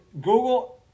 Google